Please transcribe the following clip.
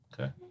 Okay